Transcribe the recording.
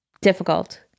Difficult